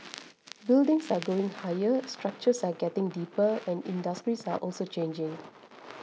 buildings are going higher structures are getting deeper and industries are also changing